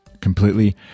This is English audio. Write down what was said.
completely